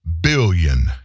billion